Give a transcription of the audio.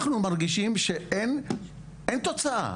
אנחנו מרגישים שאין תוצאה.